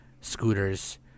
scooters